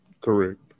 Correct